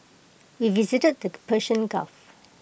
we visited the Persian gulf